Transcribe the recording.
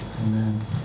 Amen